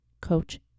Coach